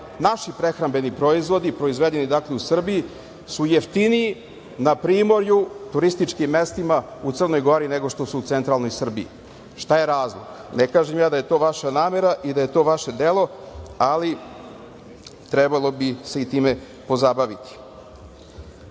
naši prehrambeni proizvodi, proizvedeni u Srbiji, su jeftiniji na primorju, turističkim mestima u Crnoj Gori, nego što su u centralnoj Srbiji, šta je razlog? Ne kažem ja da je to vaša namera i da je to vaše delo, ali trebalo bi se i time pozabaviti. Ovaj